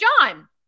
John